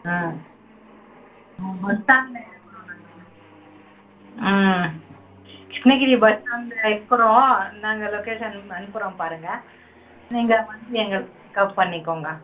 ஆ நாங்கள் பஸ் ஸ்டாண்ட்டில் இருக்கிறோம் நாங்கள் வந்து கிருஷ்ணகிரி பஸ் ஸ்டாண்ட்டில் இருக்கிறோம் நாங்கள் லொக்கேஷன் அனுப்புகிறோம் பாருங்கள் நீங்கள் வந்து எங்களை பிக்கப் பண்ணிக்கோங்கள்